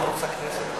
ערוץ הכנסת?